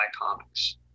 comics